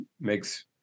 makes